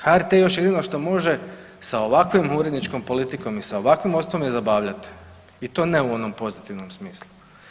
HRT još jedino što može sa ovakvom uredničkom politikom i sa ovakvim osnovom zabavljati i to ne u onom pozitivnom smislu.